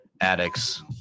addicts